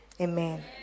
Amen